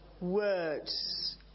words